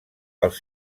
els